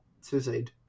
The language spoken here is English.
suicide